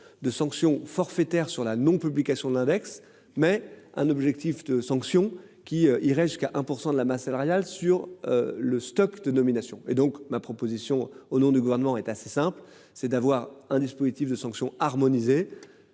de sanctions forfaitaire sur la non-. Publication de l'index, mais un objectif de sanctions qui irait jusqu'à 1% de la masse salariale sur le stock de nomination et donc ma proposition au nom du gouvernement est assez simple, c'est d'avoir un dispositif de sanctions harmoniser